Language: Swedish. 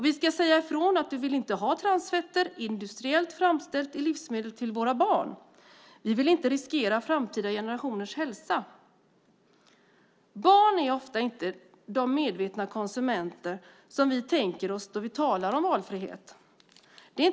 Vi ska säga ifrån att vi inte vill ha industriellt framställda transfetter i livsmedel till våra barn. Vi vill inte riskera framtida generationers hälsa. Barn är oftast inte de medvetna konsumenter som vi tänker på när vi talar om valfrihet.